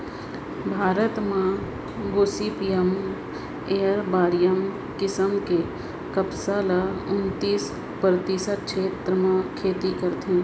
भारत म Gossypium arboreum किसम के कपसा ल उन्तीस परतिसत छेत्र म खेती करत हें